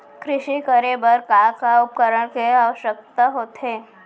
कृषि करे बर का का उपकरण के आवश्यकता होथे?